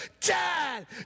Dad